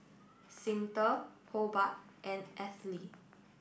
Cyntha Hobart and Ethyle